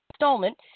installment